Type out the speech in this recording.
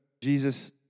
Jesus